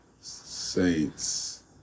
Saints